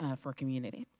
ah for community.